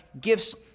gifts